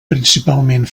principalment